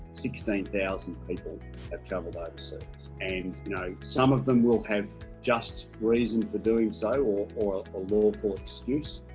sixteen thousand people have traveled overseas ah and you know some of them will have just reason for doing so or or a lawful excuse,